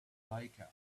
baker